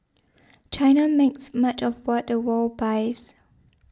China makes much of what the world buys